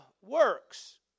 works